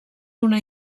una